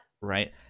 right